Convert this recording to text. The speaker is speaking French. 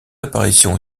apparitions